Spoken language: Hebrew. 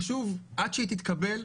חשוב עד שהיא תתקבל,